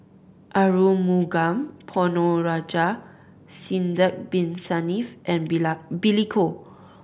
Arumugam Ponnu Rajah Sidek Bin Saniff and Billy Koh